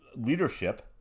leadership